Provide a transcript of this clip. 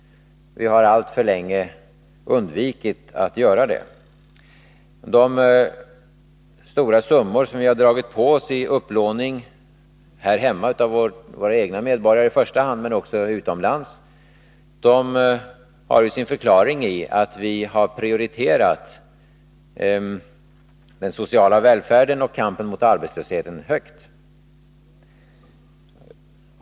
Vi har alltför länge undvikit att göra det. De stora summor som vi har dragit på oss i upplåning i första hand här hemma av våra medborgare men också utomlands har sin förklaring i att vi har prioriterat den sociala välfärden och kampen mot arbetslösheten högt.